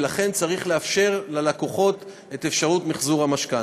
ולכן צריך לאפשר ללקוחות את מחזור המשכנתה.